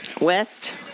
West